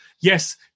yes